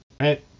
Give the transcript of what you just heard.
right